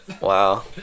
Wow